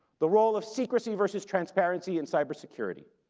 the role of secrecy versus transparency in cyber security,